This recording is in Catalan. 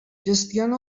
gestiona